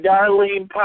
Darlene